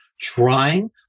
trying